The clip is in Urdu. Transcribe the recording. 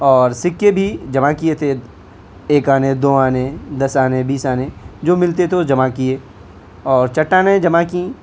اور سکے بھی جمع کیے تھے ایک آنے دو آنے دس آنے بیس آنے جو ملتے تو جمع کیے اور چٹانیں جمع کیں